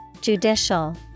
judicial